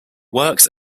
works